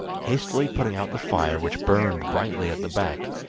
hastily putting out the fire which burned brightly at the back,